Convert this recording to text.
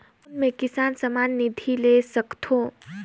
कौन मै किसान सम्मान निधि ले सकथौं?